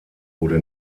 wurde